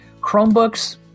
Chromebooks